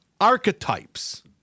archetypes